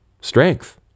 strength